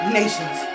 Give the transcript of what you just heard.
nations